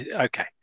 okay